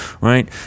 right